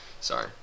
sorry